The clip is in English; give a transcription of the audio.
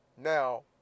Now